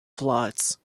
floods